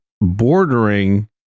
bordering